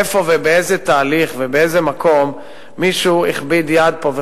איפה ובאיזה תהליך ובאיזה מקום מישהו הכביד יד פה,